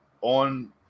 on